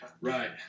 Right